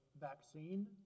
vaccine